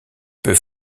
peut